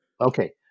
Okay